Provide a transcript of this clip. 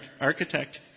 architect